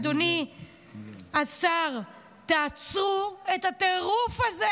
אדוני השר, תעצרו את הטירוף הזה.